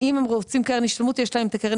אם הם רוצים קרן השתלמות יש להם את קרן